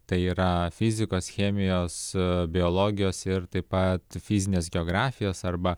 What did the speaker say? tai yra fizikos chemijos biologijos ir taip pat fizinės geografijos arba